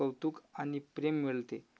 कौतुक आणि प्रेम मिळते